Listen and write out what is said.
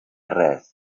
res